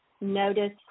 notice